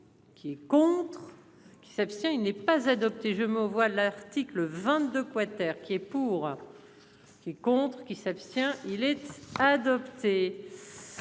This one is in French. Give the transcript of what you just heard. Qui est contre. Il s'abstient. Il n'est pas adopté, je me vois l'article 22 quater qui et pour. Qui est contre qui s'abstient il est adopté.